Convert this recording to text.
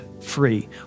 free